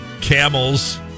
camels